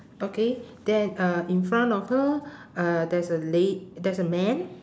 okay then uh in front of her uh there's a la~ there's a man